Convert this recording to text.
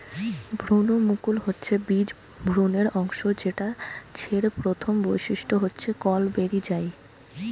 ভ্রূণমুকুল হচ্ছে বীজ ভ্রূণের অংশ যেটা ছের প্রথম বৈশিষ্ট্য হচ্ছে কল বেরি যায়